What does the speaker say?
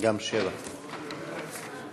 כהן